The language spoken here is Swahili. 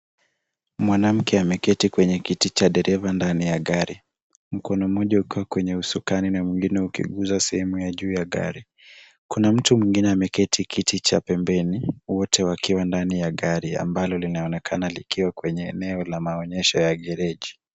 Mwanamke ameketi kwenye kiti cha dereva ndani ya gari mkono mmoja ukiwa kwenye usukani na mwingine kwenye ukiguza sehemu ya juu ya gari. Kuna mtu mwingine ameketi kiti cha pembeni wote wakiwa ndani ya gari ambalo linaonekana likiwa kwenye eneo la maonyesho ya gereji.